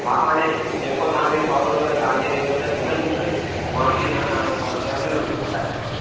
हा हाणे जेको तव्हां खे सवलो लॻे तव्हां जे रेट जो त घणा ई ॼणा आहिनि पोइ मां बि तव्हां सां फ़ोन ते हलियो ईंदुमि ॻाल्हाइण जो